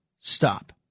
stop